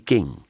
King